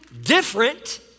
different